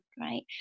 right